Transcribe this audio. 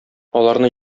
аларны